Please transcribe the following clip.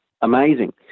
amazing